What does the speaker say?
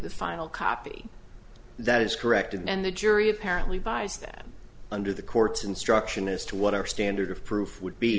the file copy that is corrected and the jury apparently buys that under the court's instruction as to what our standard of proof would be